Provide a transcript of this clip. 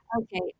Okay